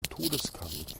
todeskampf